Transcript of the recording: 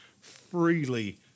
freely